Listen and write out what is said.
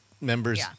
members